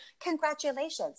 congratulations